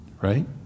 Right